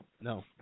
No